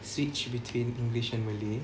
switch between english and malay